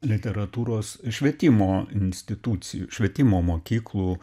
literatūros švietimo institucijų švietimo mokyklų